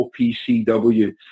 OPCW